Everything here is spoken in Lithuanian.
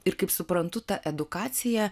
ir kaip suprantu ta edukacija